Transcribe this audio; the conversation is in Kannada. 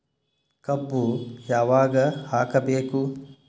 ಕಬ್ಬು ಯಾವಾಗ ಹಾಕಬೇಕು?